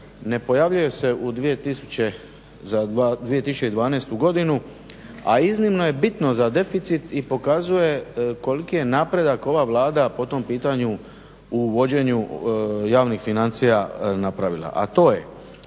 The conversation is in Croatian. ne pojavljuje se u 2012. godinu, a iznimno je bitno za deficit i pokazuje koliki je napredak ova Vlada po tom pitanju u vođenju javnih financija napravila,